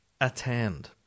attend